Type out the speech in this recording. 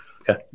Okay